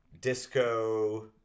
disco